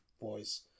voice